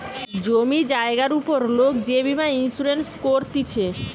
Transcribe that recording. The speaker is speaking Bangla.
জমি জায়গার উপর লোক যে বীমা ইন্সুরেন্স করতিছে